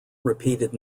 repeated